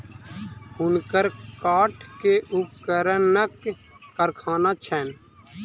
हुनकर काठ के उपकरणक कारखाना छैन